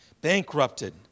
bankrupted